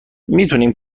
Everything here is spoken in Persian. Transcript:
میتونیم